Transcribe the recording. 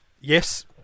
Yes